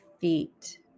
feet